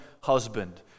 husband